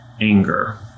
anger